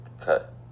cut